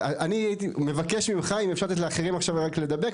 אני הייתי מבקש ממך אם אפשר לתת לאחרים עכשיו רק לדבר.